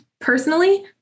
personally